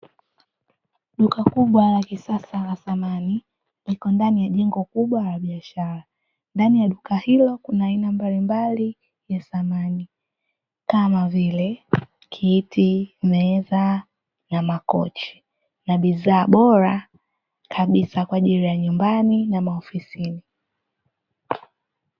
Duka kubwa la kisasa la samani, liko ndani ya jengo kubwa la biashara. Ndani ya duka hilo kuna aina mbalimbali za samani, kama vile; kiti, meza na makochi, na bidhaa bora kabisa kwa ajili ya nyumbani na maofisini.